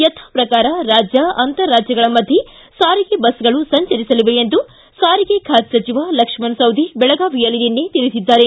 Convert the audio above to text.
ಯಥಾ ಪ್ರಕಾರ ರಾಜ್ಯ ಅಂತರ ರಾಜ್ಯಗಳ ಮಧ್ಯೆ ಸಾರಿಗೆ ಬಸ್ಗಳು ಸಂಚರಿಸಲಿವೆ ಎಂದು ಸಾರಿಗೆ ಖಾತೆ ಸಚಿವ ಲಕ್ಷ್ಮಣ ಸವದಿ ಬೆಳಗಾವಿಯಲ್ಲಿ ನಿನ್ನೆ ತಿಳಿಸಿದ್ದಾರೆ